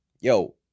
yo